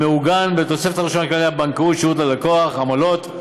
המעוגן בתוספת הראשונה לכללי הבנקאות (שירות ללקוח) (עמלות),